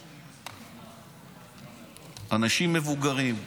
אנשים, מבוגרים,